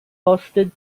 posted